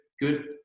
good